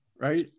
right